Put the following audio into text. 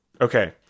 Okay